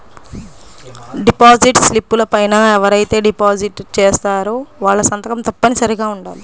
deposit స్లిపుల పైన ఎవరైతే డిపాజిట్ చేశారో వాళ్ళ సంతకం తప్పనిసరిగా ఉండాలి